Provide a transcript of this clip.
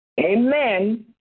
Amen